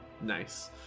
nice